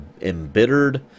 embittered